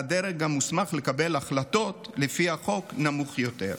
והדרג המוסמך לקבל החלטות לפי החוק נמוך יותר.